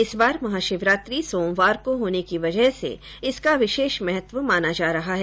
इस बार महाशिवरात्रि सोमवार को होने की वजह से इसका विशेष महत्व माना जा रहा है